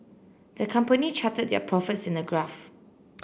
the company charted their profits in a graph